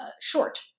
short